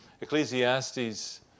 Ecclesiastes